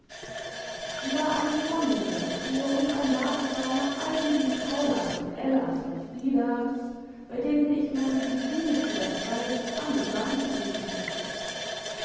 sie war eine vornehme natur und ein labsal nach all diesen paulas und ellas und friedas bei denen ich meine gefühle für das weib an den mann zu bringen suchte